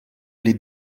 les